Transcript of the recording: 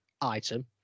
Item